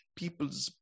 people's